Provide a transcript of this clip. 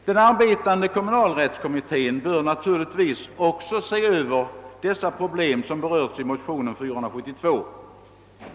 Den arbetande kommunalrättskommittén bör givetvis också studera de problem som beröres i motion II: 472.